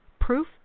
Proof